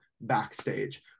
backstage